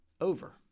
over